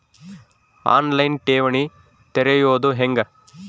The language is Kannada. ಆನ್ ಲೈನ್ ಠೇವಣಿ ತೆರೆಯೋದು ಹೆಂಗ?